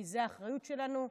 כי זאת האחריות שלנו,